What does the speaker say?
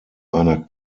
einer